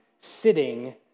sitting